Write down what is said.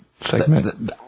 segment